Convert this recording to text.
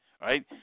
right